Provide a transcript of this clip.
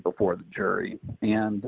before the jury and